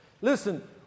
Listen